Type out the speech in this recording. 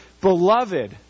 beloved